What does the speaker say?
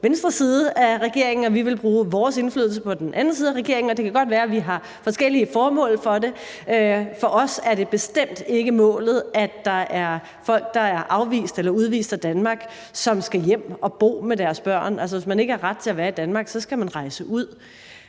venstre side af regeringen, og vi vil bruge vores indflydelse på den anden side af regeringen, og det kan godt være, at vi har forskellige formål med det. For os er det bestemt ikke målet, at der er folk, der er afvist eller udvist af Danmark, som skal hjem og bo med deres børn. Altså, hvis man ikke har ret til at være i Danmark, skal man rejse ud.